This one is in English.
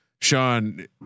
Sean